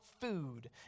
food